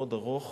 המאוד-מאוד ארוך